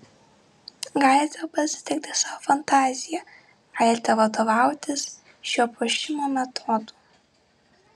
galite pasitelkti savo fantaziją galite vadovautis šiuo puošimo metodu